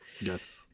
Yes